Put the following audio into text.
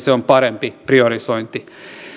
se on parempi priorisointi